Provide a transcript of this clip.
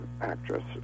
actress